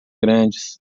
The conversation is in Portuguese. grandes